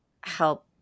help